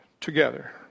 together